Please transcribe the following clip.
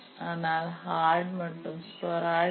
ஆனால் ஹார்ட் மற்றும் ஸ்பொராடிக்